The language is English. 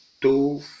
two